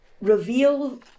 Reveal